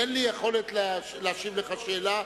אין לי יכולת להשיב לך על השאלה,